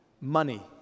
money